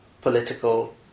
political